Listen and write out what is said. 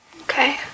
Okay